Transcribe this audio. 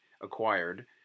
acquired